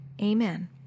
Amen